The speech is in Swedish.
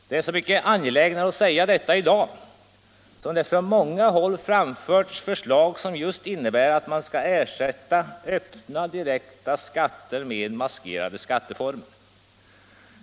Det är så mycket angelägnare att säga detta i dag som det från många håll framförts förslag som just innebär att man skall ersätta öppna, direkta skatter med maskerade.